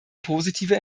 positive